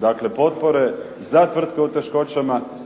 Dakle, potpore za tvrtke u teškoćama